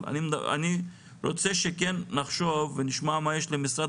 אני רוצה שכן נחשוב ונשמע מה יש למשרד